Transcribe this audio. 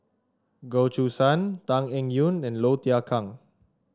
Goh Choo San Tan Eng Yoon and Low Thia Khiang